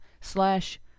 slash